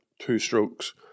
two-strokes